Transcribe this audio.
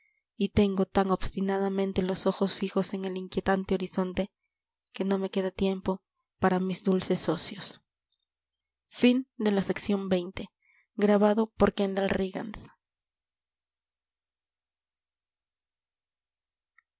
y tengo tan obstinadamente los ojos fijos en el inquietante horizonte que no me queda tiempo para mis dulces ocios